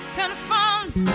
confirms